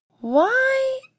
Why